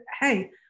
hey